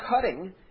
cutting